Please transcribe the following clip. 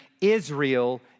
Israel